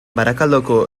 barakaldoko